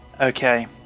Okay